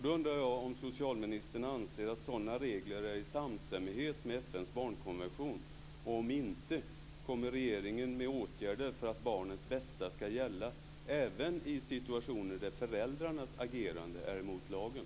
Då undrar jag om socialministern anser att sådana regler är i samstämmighet med FN:s barnkonvention. Om inte, kommer regeringen med förslag till åtgärder för att barnens bästa skall gälla även i situationer där föräldrarnas agerande är emot lagen?